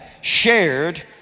shared